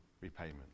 repayment